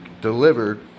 delivered